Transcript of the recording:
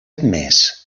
admès